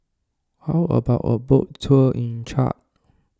how about a boat tour in Chad